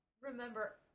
Remember